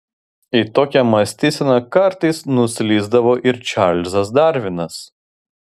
į tokią mąstyseną kartais nuslysdavo ir čarlzas darvinas